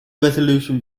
resolution